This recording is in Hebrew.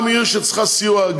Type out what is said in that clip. גם עיר שצריכה סיוע,